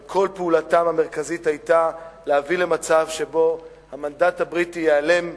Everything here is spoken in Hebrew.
אבל פעולתם המרכזית היתה להביא למצב שבו המנדט הבריטי ייעלם מכאן,